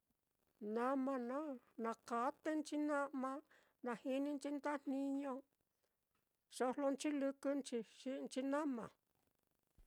nama naá nakatenchi na'ma, najininchi nda jniño, yojlonchi lɨkɨnchi xi'inchi nama.